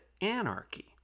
anarchy